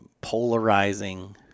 polarizing